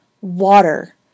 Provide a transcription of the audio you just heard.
water